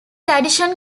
addition